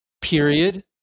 period